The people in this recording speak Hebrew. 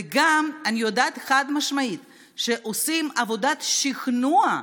ואני גם יודעת חד-משמעית שעושים עבודת שכנוע,